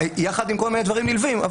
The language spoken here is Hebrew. יחד עם כל מיני דברים נלווים.